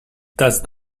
does